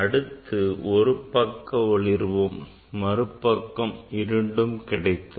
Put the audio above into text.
அடுத்து ஒரு பக்கம் ஒளிர்வும் மறுபக்கம் இருண்டும் கிடைத்தது